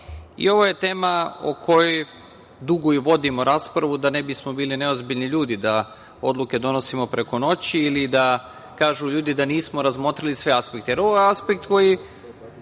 roka. Ovo je tema o kojoj dugo i vodimo raspravu da ne bismo bili neozbiljni ljudi, da odluke donosimo preko noći ili da kažu ljudi da nismo razmotrili sve aspekte. Ovo je aspekt koji